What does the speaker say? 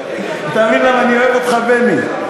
אתה מבין למה אני אוהב אותך, בני?